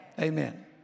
Amen